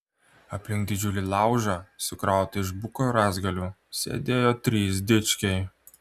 aplink didžiulį laužą sukrautą iš buko rąstgalių sėdėjo trys dičkiai